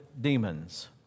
demons